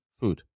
food